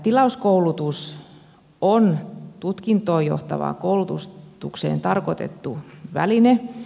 tilauskoulutus on tutkintoon johtavaan koulutukseen tarkoitettu väline